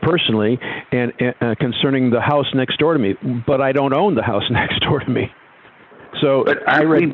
personally and concerning the house next door to me but i don't own the house next door to me so i rea